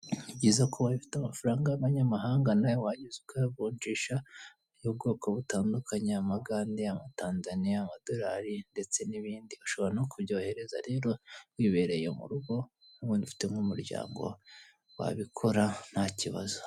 Ni byiza kuba ufite amafaranga y'abanyamahanga nawe warangiza ukayavunjesha y'ubwoko butandukanye amagande, amatanzaniya, amadolari ndetse n'ibindi ashobora no kubyohereza rero wibereye mu rugo ufite nk'umuryango wabikora nta kibazo.